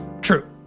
True